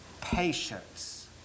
patience